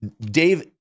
dave